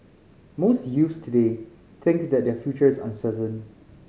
most youths today think that their future is uncertain